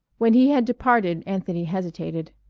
when he had departed anthony hesitated.